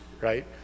right